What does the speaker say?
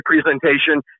presentation